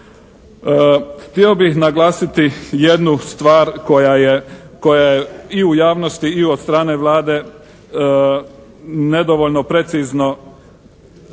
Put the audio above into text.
Htio bih naglasiti jednu stvar koja je i u javnosti i od strane Vlade nedovoljno precizno objašnjena.